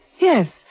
Yes